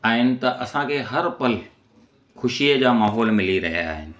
आहिनि त असांखे हर पल ख़ुशीअ जा माहौल मिली रहिया आहिनि